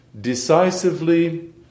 decisively